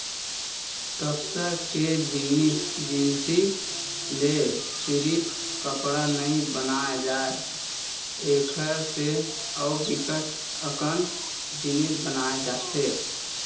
कपसा के जिनसि ले सिरिफ कपड़ा नइ बनाए जाए एकर से अउ बिकट अकन जिनिस बनाए जाथे